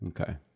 Okay